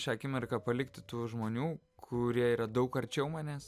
šią akimirką palikti tų žmonių kurie yra daug arčiau manęs